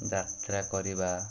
ଯାତ୍ରା କରିବା